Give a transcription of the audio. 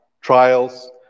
trials